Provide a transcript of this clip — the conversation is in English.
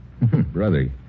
Brother